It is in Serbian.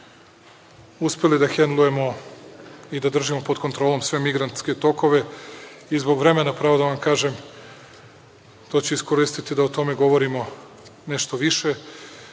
uspeli da hendlujemo i da držimo pod kontrolom sve migrantske tokove i zbog vremena, pravo da vam kažem, iskoristiću da o tome govorimo nešto